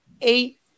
eight